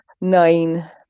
Nine